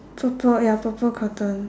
purple ya purple curtain